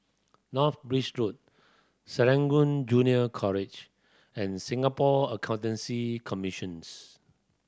North Bridge Road Serangoon Junior College and Singapore Accountancy Commissions